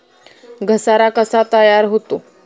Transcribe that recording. घसारा कसा तयार होतो?